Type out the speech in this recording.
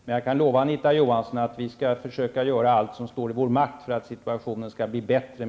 Men jag kan lova Anita Johansson att vi skall göra allt som står i vår makt för att situationen skall bli bättre.